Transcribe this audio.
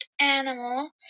animal